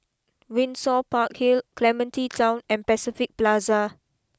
Windsor Park Hill Clementi Town and Pacific Plaza